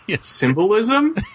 Symbolism